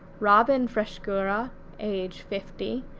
robyn frescura age fifty,